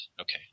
Okay